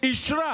אישרה